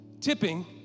tipping